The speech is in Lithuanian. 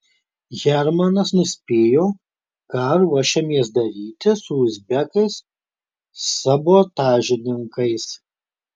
hermanas nuspėjo ką ruošiamės daryti su uzbekais sabotažininkais